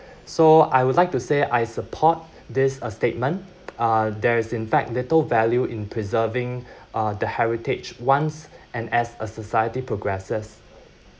so I would like to say I support this uh statement uh there is in fact little value in preserving uh the heritage once and as a society progresses